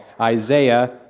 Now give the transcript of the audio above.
Isaiah